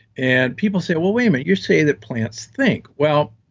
and people say, well, wait a minute. you say that plants think? well,